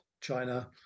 China